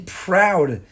proud